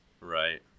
right